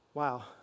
wow